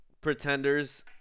Pretenders